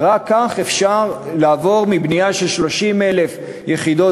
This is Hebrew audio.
רק כך אפשר לעבור מבנייה של 30,000 יחידות